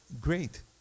great